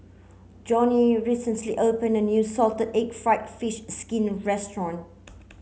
Joni recently opened a new salted egg fried fish skin restaurant